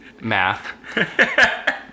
math